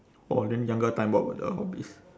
orh then younger time what were your hobbies